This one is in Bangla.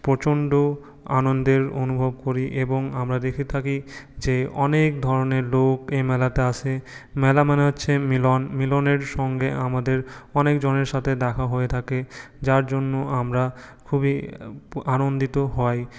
প্রচন্ড আনন্দের অনুভব করি এবং আমরা দেখে থাকি যে অনেক ধরনের লোক এই মেলাতে আসে মেলা মানে হচ্ছে মিলন মিলনের সঙ্গে আমাদের অনেক জনের সাথে দেখা হয়ে থাকে যার জন্য আমরা খুবই আনন্দিত হই